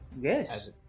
Yes